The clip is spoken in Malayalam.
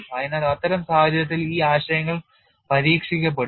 അതിനാൽ അത്തരം സാഹചര്യത്തിൽ ഈ ആശയങ്ങൾ പരീക്ഷിക്കപ്പെടുന്നു